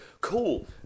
cool